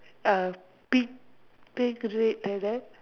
uh pink red the rest